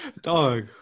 Dog